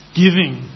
giving